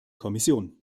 kommission